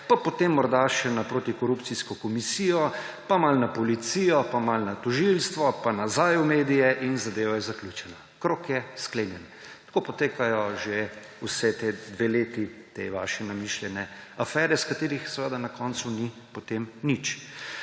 pa potem morda še na protikorupcijsko komisijo, pa malo na policijo, pa malo na tožilstvo, pa nazaj v medije in zadeva je zaključena, krog je sklenjen. Tako že ti dve leti potekajo te vaše namišljene afere, iz katerih seveda na koncu ni potem nič.